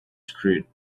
street